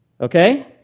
Okay